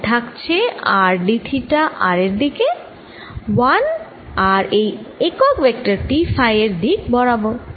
তাই থাকছে r d theta r এর দিকে 1 আর এই একক ভেক্টর টি ফাই এর দিক বরাবর